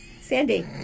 Sandy